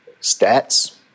Stats